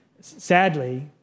sadly